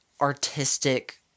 artistic